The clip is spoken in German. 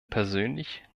persönlich